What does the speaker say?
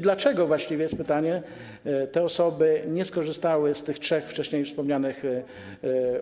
Dlaczego właściwie - jest pytanie - te osoby nie skorzystały z tych trzech wcześniej wspomnianych